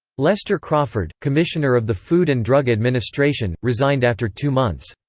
lester crawford, commissioner of the food and drug administration, resigned after two months.